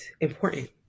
important